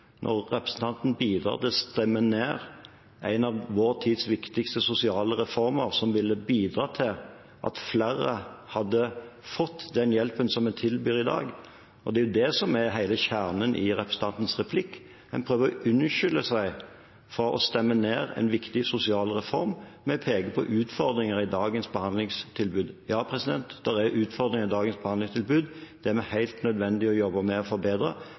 når hun bidrar til å stemme ned en av vår tids viktigste sosiale reformer, som ville bidratt til at flere hadde fått den hjelpen som en tilbyr i dag. Det er det som er hele kjernen i representantens replikk. En prøver å unnskylde seg for å stemme ned en viktig sosial reform med å peke på utfordringer i dagens behandlingstilbud. Ja, det er utfordringer i dagens behandlingstilbud, og det er helt nødvendig at vi jobber med å forbedre